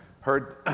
heard